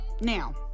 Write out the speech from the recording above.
now